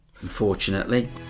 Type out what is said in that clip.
unfortunately